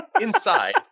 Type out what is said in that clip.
inside